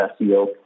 SEO